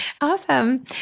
Awesome